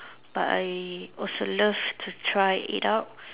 but I also love to try it out